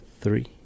three